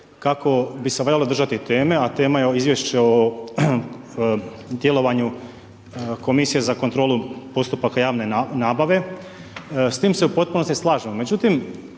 kako bi se valjalo držati teme, a tema je izvješće o djelovanju Komisije za kontrolu postupaka javne nabave, s tim se u potpunosti slažem.